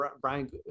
brian